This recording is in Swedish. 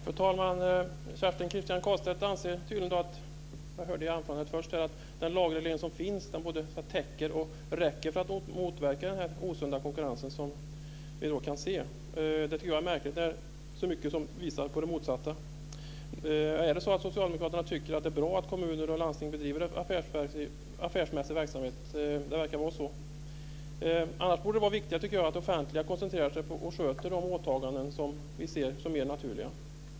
Fru talman! Kerstin Kristiansson Karlstedt anser tydligen - det hörde jag i anförandet - att den lagreglering som finns räcker för att motverka den osunda konkurrens som vi i dag kan se. Det tycker jag är märkligt. Det är så mycket som visar på det motsatta. Är det så att Socialdemokraterna tycker att det är bra att kommuner och landsting bedriver affärsmässig verksamhet? Det verkar vara så. Annars borde det vara viktigare, tycker jag, att det offentliga koncentrerar sig på att sköta de åtaganden som vi ser som mer naturliga.